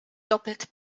doppelt